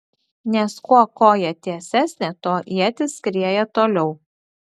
nes kuo koja tiesesnė tuo ietis skrieja toliau